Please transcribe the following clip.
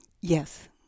yes